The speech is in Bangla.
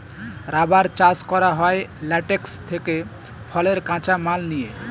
রাবার চাষ করা হয় ল্যাটেক্স থেকে ফলের কাঁচা মাল নিয়ে